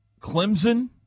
Clemson